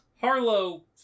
Harlow